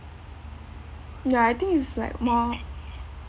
no I think it's like more